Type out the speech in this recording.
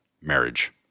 Marriage